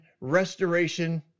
restoration